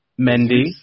Mendy